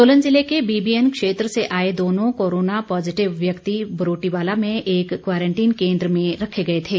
सोलन जिले के बीबीएन क्षेत्र से आए दोनों कोरोना पॉजिटिव व्यक्ति बरोटीवाला में एक क्वारंटीन केंद्र में रखे गए थे